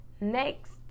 next